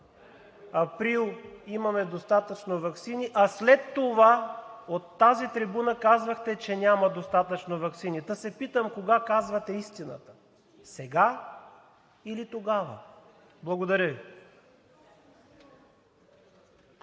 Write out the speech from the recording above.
април имаме достатъчно ваксини, а след това казвахте, че няма достатъчно ваксини, та се питам: кога казвате истината – сега или тогава?! Благодаря Ви.